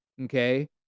okay